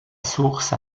source